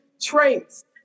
traits